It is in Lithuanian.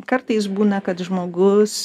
kartais būna kad žmogus